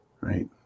right